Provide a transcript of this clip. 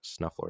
snuffler